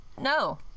No